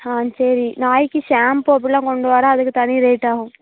ஆ சரி நாய்க்கு ஷாம்பூ அப்புடில்லாம் கொண்டுட்டு வரேன் அதுக்கு தனி ரேட் ஆகும்